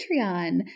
Patreon